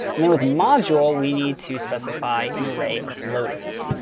and then with module, we need to specify an array of loaders.